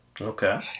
Okay